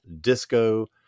disco